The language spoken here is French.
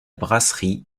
brasserie